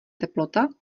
teplota